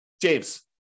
James